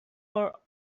are